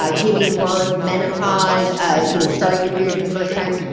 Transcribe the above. ah giving birth menopause, ah you know starting your period for the first time,